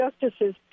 justices